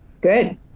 Good